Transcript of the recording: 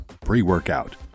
pre-workout